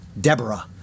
Deborah